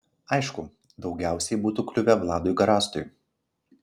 aišku daugiausiai būtų kliuvę vladui garastui